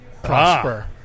prosper